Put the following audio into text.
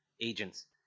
agents